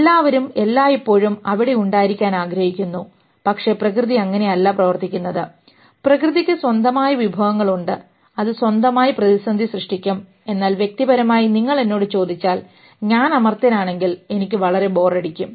എല്ലാവരും എല്ലായ്പ്പോഴും അവിടെ ഉണ്ടായിരിക്കാൻ ആഗ്രഹിക്കുന്നു പക്ഷേ പ്രകൃതി അങ്ങനെയല്ല പ്രവർത്തിക്കുന്നത് പ്രകൃതിക്ക് സ്വന്തമായ വിഭവങ്ങളുണ്ട് അത് സ്വന്തമായി പ്രതിസന്ധി സൃഷ്ടിക്കും എന്നാൽ വ്യക്തിപരമായി നിങ്ങൾ എന്നോട് ചോദിച്ചാൽ ഞാൻ അമർത്യനാണെങ്കിൽ എനിക്ക് വളരെ ബോറടിക്കും